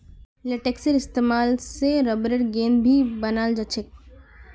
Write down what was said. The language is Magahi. लेटेक्सेर इस्तेमाल से रबरेर गेंद भी बनाल जा छे